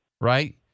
right